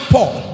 Paul